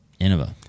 InnovA